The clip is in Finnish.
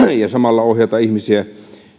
ja samalla ohjata ihmisiä kaidemmalle tielle